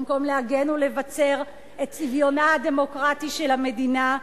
במקום להגן ולבצר את צביונה הדמוקרטי של המדינה,